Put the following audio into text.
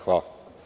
Hvala.